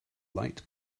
light